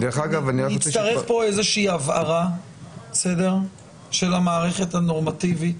נצטרך פה הבהרה של המערכת הנורמטיבית,